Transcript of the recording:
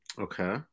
Okay